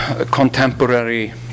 contemporary